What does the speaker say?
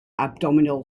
abdominal